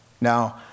Now